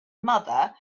mother